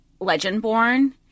Legendborn